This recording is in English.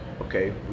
okay